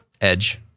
edge